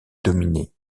dominé